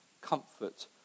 comfort